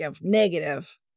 negative